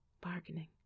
bargaining